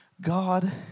God